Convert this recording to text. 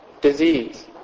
disease